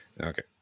Okay